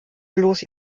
bloß